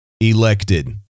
elected